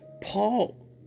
Paul